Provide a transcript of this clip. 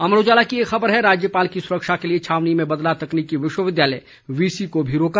अमर उजाला की एक खबर है राज्यपाल की सुरक्षा के लिए छावनी में बदला तकनीकी विश्वविद्यालय वीसी को भी रोका